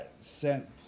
sent